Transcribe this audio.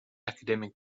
academic